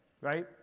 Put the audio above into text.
right